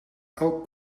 elk